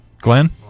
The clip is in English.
Glenn